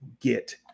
get